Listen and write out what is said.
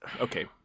Okay